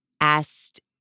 asked